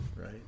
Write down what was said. right